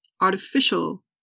artificial